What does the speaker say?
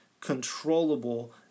controllable